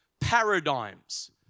paradigms